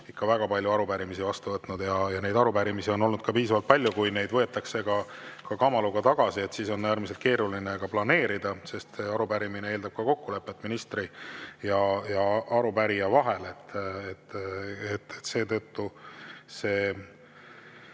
ikka väga palju arupärimisi vastu võtnud, neid arupärimisi on olnud võrdlemisi palju. Kui neid võetakse ka kamaluga tagasi, siis on äärmiselt keeruline tööd planeerida, sest arupärimine eeldab kokkulepet ministri ja arupärija vahel. Seetõttu on